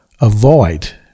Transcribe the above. avoid